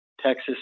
Texas